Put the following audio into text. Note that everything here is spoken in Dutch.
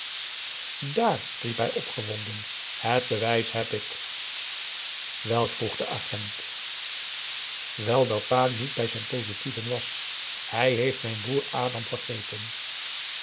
daar riep hij opgewonden het bewijs heb ik welk vroeg de agent wel dat pa niet bij zijn positieven was hij heeft mijn broer adam vergeten